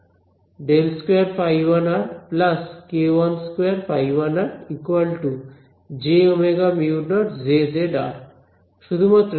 ∇2ϕ1 k12ϕ1 jωμ0Jz শুধুমাত্র সবকিছু আরেকবার লেখা হয়েছে